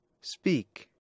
Speak